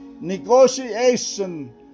Negotiation